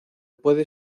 puede